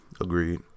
agreed